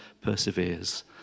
perseveres